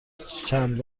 چند